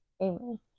Amen